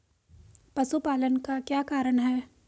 पशुपालन का क्या कारण है?